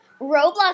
Roblox